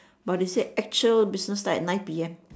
but they said actual business start at nine P M